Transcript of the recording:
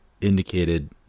indicated